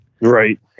Right